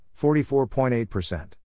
44.8%